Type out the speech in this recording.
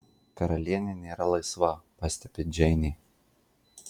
karalienė nėra laisva pastebi džeinė